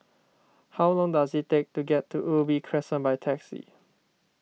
how long does it take to get to Ubi Crescent by taxi